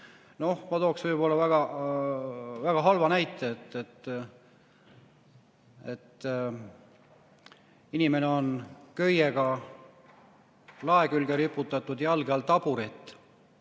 ma tooks võib-olla väga halva näite. Inimene on köiega lae külge riputatud, jalge all taburet,